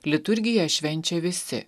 liturgiją švenčia visi